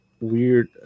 weird